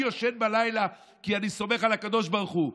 אני ישן בלילה כי אני סומך על הקדוש ברוך הוא.